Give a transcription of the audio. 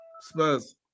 Spurs